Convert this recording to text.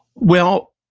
well,